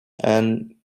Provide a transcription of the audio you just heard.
ann